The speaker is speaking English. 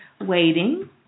waiting